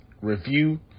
review